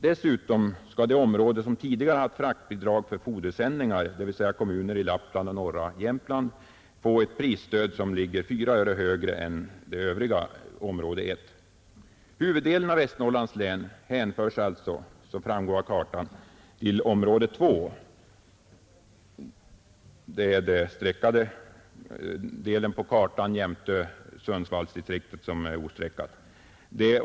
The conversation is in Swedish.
Dessutom skall det område som tidigare haft fraktbidrag för fodersändningar — dvs. kommuner i Lappland och norra Jämtland — få ett prisstöd som ligger 4 öre högre än för det övriga område I. Huvuddelen av Västernorrlands län hänförs alltså, såsom framgår av kartan, till område II — den streckade delen av kartan jämte Sundsvallsdistriktet, som är ostreckat.